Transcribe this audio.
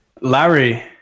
Larry